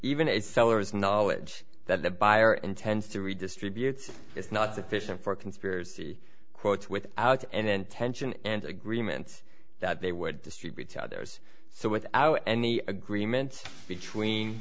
even a seller has knowledge that the buyer intends to redistribute it's not sufficient for conspiracy quotes with out and tension and agreements that they would distribute to others so without any agreement between